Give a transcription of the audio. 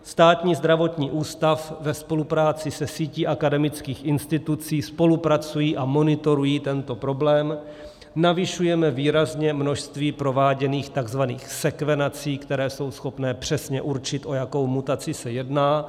Státní zdravotní ústav ve spolupráci se sítí akademických institucí spolupracují a monitorují tento problém, navyšujeme výrazně množství prováděných takzvaných sekvenací, které jsou schopné přesně určit, o jakou mutaci se jedná.